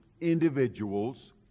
individuals